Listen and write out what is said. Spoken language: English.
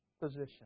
position